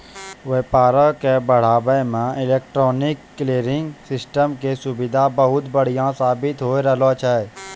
व्यापारो के बढ़ाबै मे इलेक्ट्रॉनिक क्लियरिंग सिस्टम के सुविधा बहुते बढ़िया साबित होय रहलो छै